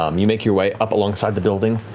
um you make your way up alongside the building,